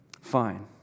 fine